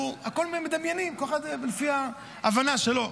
הכול אנחנו מדמיינים, כל אחד לפי ההבנה שלו.